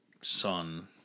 son